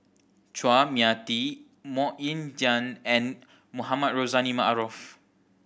Chua Mia Tee Mok Ying Jang and Mohamed Rozani Maarof